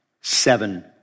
seven